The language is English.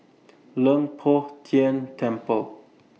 Leng Poh Tian Temple